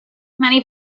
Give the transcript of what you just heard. many